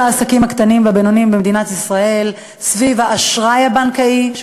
העסקים הקטנים והבינוניים במדינת ישראל סביב האשראי הבנקאי.